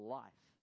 life